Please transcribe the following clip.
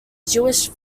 jewish